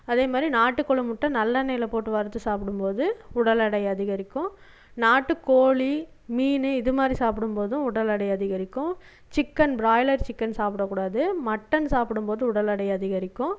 அதேமாதிரி நாட்டுக்கோழி முட்டை நல்லெண்ணெயில் போட்டு வறுத்து சாப்பிடும்போது உடல் எடை அதிகரிக்கும் நாட்டுக்கோழி மீன் இதுமாதிரி சாப்பிடும்போதும் உடல் எடை அதிகரிக்கும் சிக்கன் பிராய்லர் சிக்கன் சாப்பிடக்கூடாது மட்டன் சாப்பிடும்போது உடல் எடை அதிகரிக்கும்